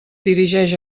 dirigeix